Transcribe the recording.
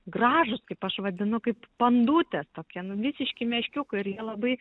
gražūs kaip aš vadinu kaip pandutės tokie nu visiški meškiukai ir jie labai